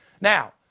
Now